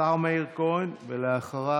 השר מאיר כהן, ואחריו,